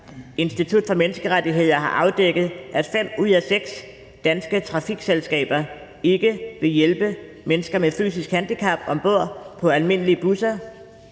Institut for Menneskerettigheder har afdækket, at fem ud af seks danske trafikselskaber ikke vil hjælpe mennesker med fysisk handicap om bord på almindelige busser.